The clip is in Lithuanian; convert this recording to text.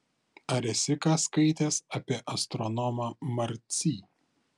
ar esi ką skaitęs apie astronomą marcy